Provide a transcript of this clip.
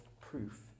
proof